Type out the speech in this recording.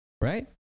Right